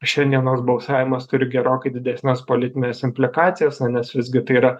šiandienos balsavimas turi gerokai didesnes politines implikacijas na nes visgi tai yra